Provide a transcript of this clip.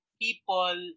people